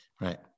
right